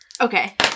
Okay